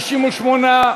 58,